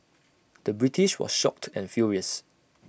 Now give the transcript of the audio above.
the British was shocked and furious